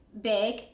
big